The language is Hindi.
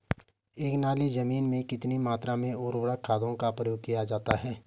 एक नाली जमीन में कितनी मात्रा में उर्वरक खादों का प्रयोग किया जाता है?